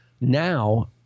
now